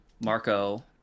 Marco